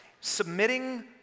Submitting